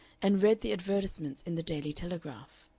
and read the advertisements in the daily telegraph.